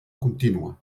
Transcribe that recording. contínua